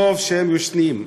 טוב שהם ישנים.